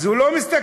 אז הוא לא מסתכל